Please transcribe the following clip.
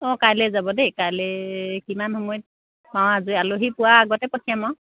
অঁ কাইলৈ যাব দেই কাইলৈ কিমান সময়ত পাওঁ আজৰি আলহী পোৱা আগতে পঠিয়াম আৰু